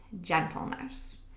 gentleness